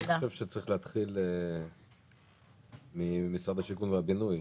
אני חושב שצריך להתחיל ממשרד השיכון והבינוי.